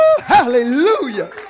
Hallelujah